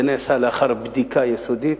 זה נעשה לאחר בדיקה יסודית,